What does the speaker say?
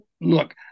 Look